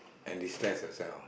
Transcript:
and de stress yourself